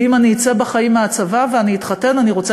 ואם אני אצא בחיים מהצבא ואתחתן אני רוצה